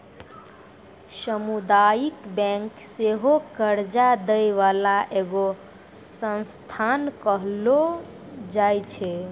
समुदायिक बैंक सेहो कर्जा दै बाला एगो संस्थान कहलो जाय छै